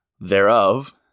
thereof